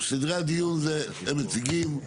סדרי הדיון זה הם מציגים,